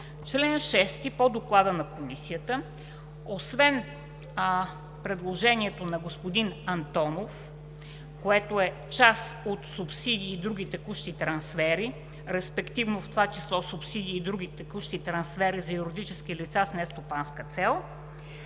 Член 6 по доклада на Комисията, освен предложението на господин Антонов, което е част от субсидии и други текущи трансфери, респективно в това число субсидии и други текущи трансфери за юридически лица с нестопанска цел,